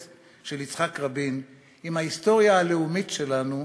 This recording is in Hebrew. של יצחק רבין להיסטוריה הלאומית שלנו,